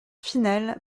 finale